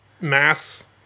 mass